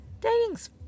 Dating's